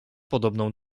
podobną